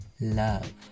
love